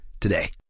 today